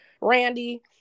Randy